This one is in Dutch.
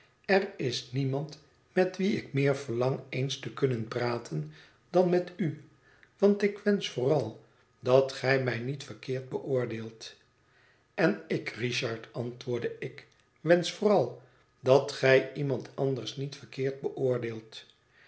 er is niemand met wie ik meer verlang eens te kunnen praten dan met u want ik wensch vooral dat gij mij niet verkeerd beoordeelt en ik richard antwoordde ik wensch vooral dat gij iemand anders niet verkeerd beoordeelt